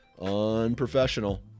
Unprofessional